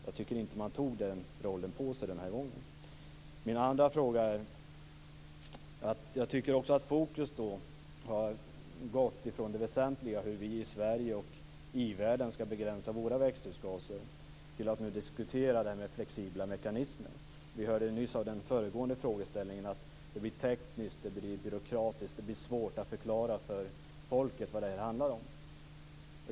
Man tog inte på sig den rollen denna gång. Så till min andra fråga. Jag tycker att fokus har flyttats från det väsentliga. Det har flyttats från hur vi i Sverige och i i-världen skall begränsa våra växthusgaser till en diskussion om flexibla mekanismer. Vi hörde nyss under den föregående frågan att det blir tekniskt och byråkratiskt, och det blir svårt att förklara för folket vad det handlar om.